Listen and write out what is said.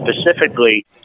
specifically